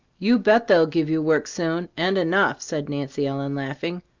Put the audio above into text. you bet they'll give you work soon, and enough, said nancy ellen, laughing.